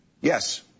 yes